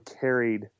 carried